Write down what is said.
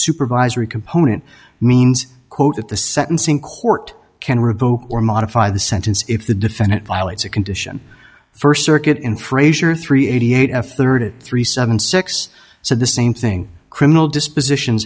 supervisory component means quote that the sentencing court can revoke or modify the sentence if the defendant violates a condition first circuit in frasier three eighty eight f thirty three seven six so the same thing criminal disposition